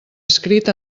escrit